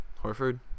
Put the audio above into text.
Horford